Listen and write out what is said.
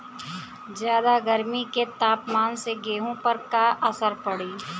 ज्यादा गर्मी के तापमान से गेहूँ पर का असर पड़ी?